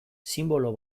sinbolo